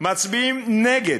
מצביעים נגד,